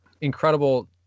incredible